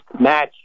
match